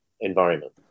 environment